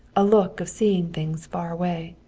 a look of seeing things far away.